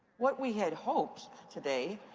what we had hoped today